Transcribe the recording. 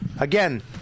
Again